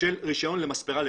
רישיון למספרה.